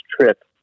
trip